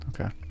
Okay